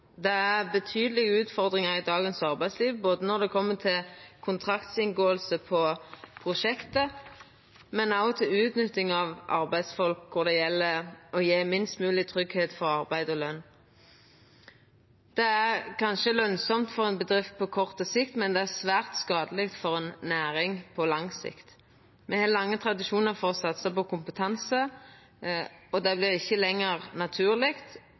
Det er betydelege utfordringar i arbeidslivet i dag når det gjeld både kontraktinngåing av prosjekt og utnytting av arbeidsfolk, der ein gjev minst mogeleg tryggleik for arbeid og løn. Det er kanskje lønsamt for ei bedrift på kort sikt, men det er svært skadeleg for ei næring på lang sikt. Me har lange tradisjonar for å satsa på kompetanse, og det vil ikkje lenger vera naturleg